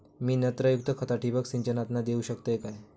मी नत्रयुक्त खता ठिबक सिंचनातना देऊ शकतय काय?